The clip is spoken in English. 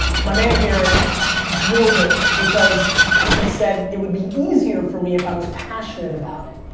my man here drilled it, because he said it would be easier for me if i was passionate about it.